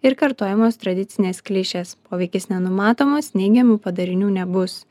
ir kartojamos tradicinės klišės poveikis nenumatomas neigiamų padarinių nebus